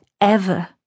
ever